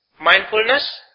mindfulness